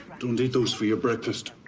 dunditos for your breakfast.